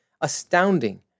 astounding